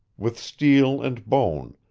with steel and bone,